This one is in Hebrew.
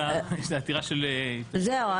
יש את העתירה --- זהו,